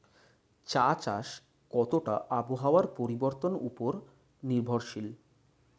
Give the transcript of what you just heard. চা চাষ কতটা আবহাওয়ার পরিবর্তন উপর নির্ভরশীল?